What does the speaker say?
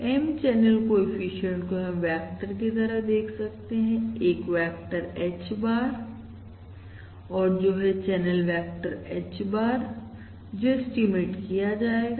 इन M channel coefficient को हम एक वेक्टर की तरह देख सकते हैं एक वेक्टर Hbar और जो है चैनल वेक्टर H bar जो एस्टीमेट किया जाएगा